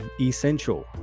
essential